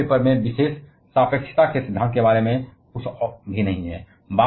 और तीसरे पेपर विशेष सापेक्षता के सिद्धांत के बारे में कुछ भी नहीं है